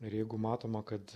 ir jeigu matoma kad